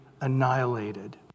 annihilated